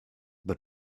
but